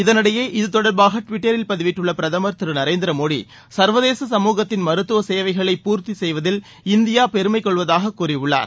இதனிடையே தொடர்பாக டுவிட்டரில் பதிவிட்டுள்ள பிரதமர் இது திரு நரேந்திர மோடி சர்வதேச சமுகத்தின் மருத்துவ தேவைகளை பூர்த்தி செய்வதில் இந்தியா பெருமை கொள்வதாக கூறியுள்ளார்